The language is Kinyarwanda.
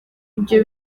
ibyo